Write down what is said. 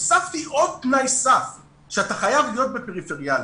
הוספתי עוד תנאי סף שאתה חייב להיות פריפריאלי.